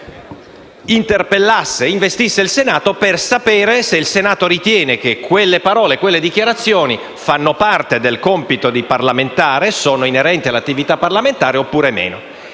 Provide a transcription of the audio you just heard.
interpellasse il Senato per sapere se il Senato riteneva che quelle parole e quelle dichiarazioni facessero parte del compito di parlamentare, fossero quindi inerenti all'attività di parlamentare oppure no.